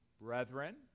Brethren